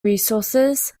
resources